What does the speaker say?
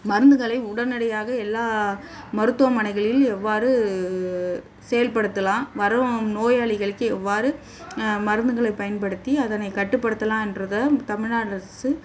மருந்துகளை உடனடியாக எல்லா மருத்துவமனைகளில் எவ்வாறு செயல்படுத்தலாம் வரும் நோயாளிகளுக்கு எவ்வாறு மருந்துகளை பயன்படுத்தி அதனை கட்டுப்படுத்தலாம் என்பத தமிழ்நாடு அரசு